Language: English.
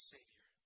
Savior